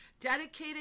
Dedicated